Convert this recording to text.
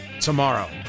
tomorrow